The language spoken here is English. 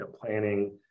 planning